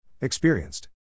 Experienced